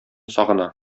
сагына